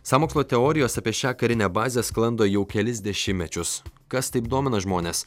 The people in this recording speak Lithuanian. sąmokslo teorijos apie šią karinę bazę sklando jau kelis dešimtmečius kas taip domina žmones